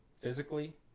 physically